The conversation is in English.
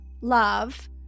love